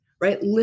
right